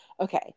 Okay